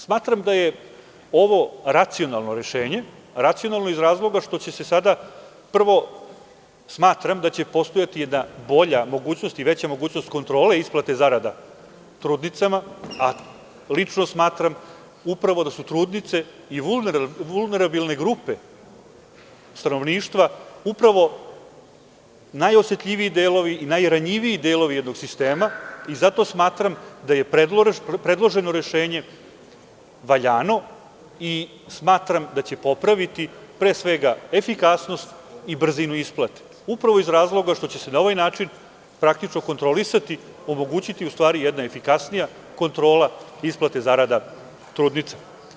Smatram da je ovo racionalno rešenje, racionalno iz razloga što će se sada prvo, smatram da će postojati jedna bolja mogućnost i veća mogućnost kontrole isplate zarada trudnicama, a lično smatram da su trudnice vulnarabilne grupe stanovništva, upravo najosetljiviji delovi, najranjiviji delovi jednog sistema i zato smatram da je predloženo rešenje valjano i smatram da će popraviti, pre svega, efikasnost i brzinu isplate, upravo iz razloga što će se na ovaj način praktično kontrolisati, omogućiti jedna efikasnija kontrola isplate zarada trudnica.